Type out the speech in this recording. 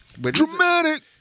Dramatic